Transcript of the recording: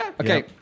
Okay